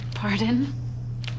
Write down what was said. Pardon